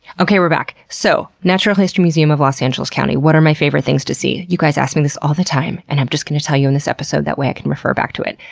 okay, we're back. so, natural history museum of los angeles county. what are my favorite things to see? you guys ask me this all the time and have just going to tell you in this episode that way i can refer back to it.